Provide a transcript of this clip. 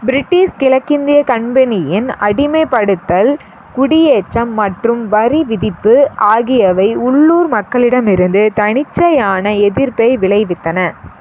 British கிழக்கிந்திய கம்பெனியின் அடிமைப்படுத்தல் குடியேற்றம் மற்றும் வரி விதிப்பு ஆகியவை உள்ளூர் மக்களிடமிருந்து தன்னிச்சையான எதிர்ப்பை விளைவித்தன